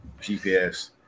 gps